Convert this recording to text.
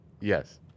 Yes